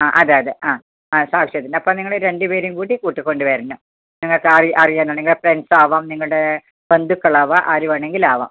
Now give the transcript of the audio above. ആ അതെ അതെ ആ ആ സാക്ഷ്യത്തിൻ്റെ അപ്പോൾ നിങ്ങളെ രണ്ടുപേരെയും കൂടി കൂട്ടിക്കൊണ്ടു വരണം നിങ്ങൾക്ക് ആറി നിങ്ങൾക്ക് അറിയാമെന്നുണ്ടെങ്കിൽ ഫ്രണ്ട്സ് ആവാം നിങ്ങളുടെ ബന്ധുക്കൾ ആകാം ആരു വേണമെങ്കിലും ആവാം